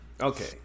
Okay